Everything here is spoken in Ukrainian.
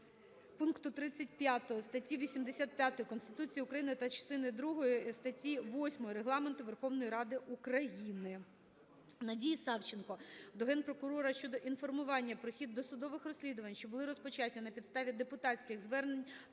пункту 35 статті 85 Конституції України та частини другої статті 8 Регламенту Верховної Ради України. Надії Савченко до Генпрокурора щодо інформування про хід досудових розслідувань, що були розпочаті на підставі депутатських звернень